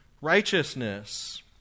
righteousness